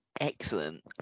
excellent